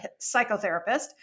psychotherapist